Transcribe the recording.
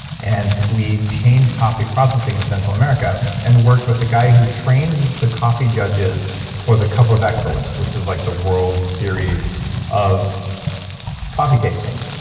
and we changed coffee processing in central america, and worked with a guy who trains the coffee judges for the cup of excellence, which is like the world series of coffee tasting,